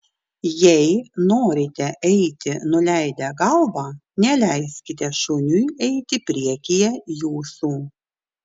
jei norite eiti nuleidę galvą neleiskite šuniui eiti priekyje jūsų